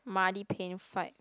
muddy pain fight